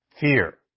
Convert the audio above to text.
fear